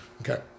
Okay